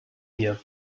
mir